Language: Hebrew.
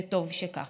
וטוב שכך.